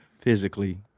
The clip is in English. physically